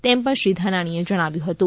તેમ પણ શ્રી ઘાનાણીએ જણાવ્યું હતું